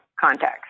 context